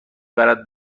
برد